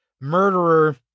murderer